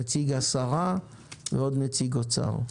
נציג השרה ועוד נציג אוצר.